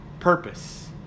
purpose